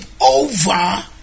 over